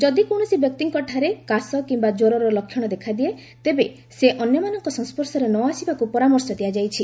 ଯଦି କୌଶସି ବ୍ୟକ୍ତିଙ୍କ ଠାରେ କାଶ କିମ୍ବା ଜ୍ୱରର ଲକ୍ଷଣ ଦେଖାଦିଏ ତେବେ ସେ ଅନ୍ୟମାନଙ୍କ ସଂସ୍ୱର୍ଶରେ ନଆସିବାକୁ ପରାମର୍ଶ ଦିଆଯାଇଛି